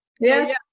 yes